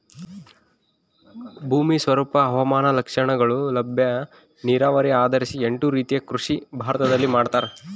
ಭೂಮಿ ಸ್ವರೂಪ ಹವಾಮಾನ ಲಕ್ಷಣಗಳು ಲಭ್ಯ ನೀರಾವರಿ ಆಧರಿಸಿ ಎಂಟು ರೀತಿಯ ಕೃಷಿ ಭಾರತದಲ್ಲಿ ಮಾಡ್ತಾರ